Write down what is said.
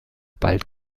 bald